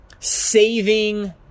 Saving